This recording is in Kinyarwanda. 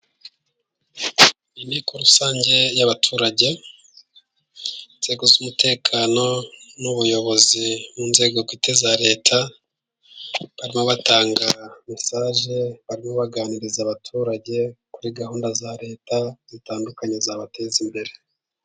Inteko rusange y'abaturage, inzego z'umutekano n'ubuyobozi mu nzego bwite za leta barimo batanga mesaje, bamwe baganiriza abaturage kuri gahunda za leta zitandukanye zabateza imbere.